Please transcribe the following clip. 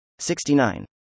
69